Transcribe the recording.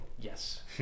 yes